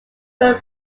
bird